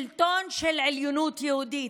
שלטון של עליונות יהודית.